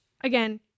again